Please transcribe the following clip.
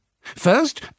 First